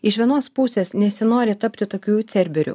iš vienos pusės nesinori tapti tokiu cerberiu